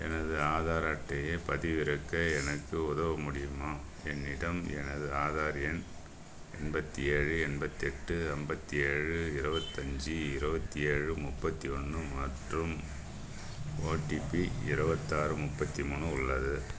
எனது ஆதார் அட்டையைப் பதிவிறக்க எனக்கு உதவ முடியுமா என்னிடம் எனது ஆதார் எண் எண்பத்தி ஏழு எண்பத்தி எட்டு ஐம்பத்தி ஏழு இரபத்து அஞ்சு இருபத்தி ஏழு முப்பத்தி ஒன்று மற்றும் ஓடிபி இரபத்தாறு முப்பத்தி மூணு உள்ளது